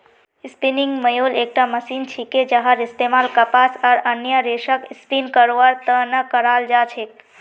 spinning mule एकटा machine छिके जहार इस्तमाल कपास आर अन्य रेशक स्पिन करवार त न कराल जा छेक